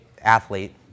athlete